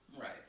Right